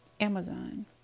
Amazon